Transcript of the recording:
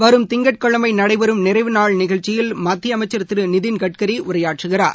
வரும் திங்கட்கிழமைநடைபெறும் நிறைவு நாள் நிகழ்ச்சியில் மத்தியஅமைச்சர் திருநிதின் கட்கரிஉரையாற்றுகிறார்